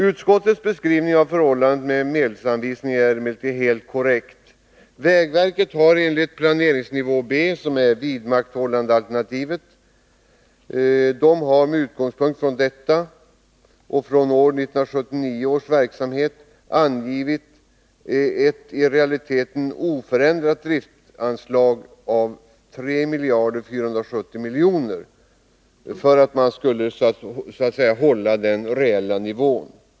Utskottets beskrivning av förhållandet med medelsanvisningen är helt korrekt. Vägverket har enligt planeringsnivå B och med utgångspunkt i 1979 års verksamhet angivit ett i realiteten oförändrat driftsanslag av 3 470 milj.kr. för att man skall kunna hålla den reella nivån.